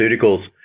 pharmaceuticals